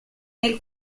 nel